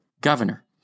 governor